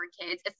kids